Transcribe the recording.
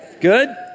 Good